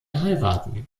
heiraten